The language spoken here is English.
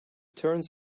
turns